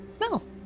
No